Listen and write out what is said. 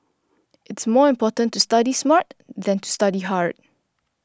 it is more important to study smart than to study hard